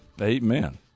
Amen